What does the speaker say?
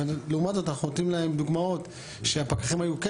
לעומת זאת אנחנו נותנים להם דוגמאות שהפקחים היו כן